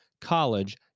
college